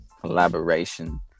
collaboration